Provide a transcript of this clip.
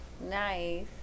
nice